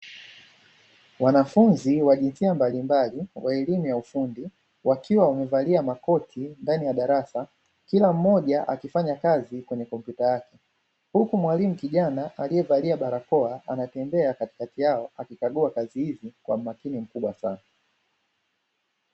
Wanafunzi wa jinsia mbalimbali, wa elimu ya ufundi, wakiwa wamevaa makoti ndani ya darasa. Kila mmoja akifanya kazi kwenye kompyuta yake, huku mwalimu kijana aliyevaa barakoa anatembea katikati yao akigagua kazi hizi kwa umakini mkubwa sana.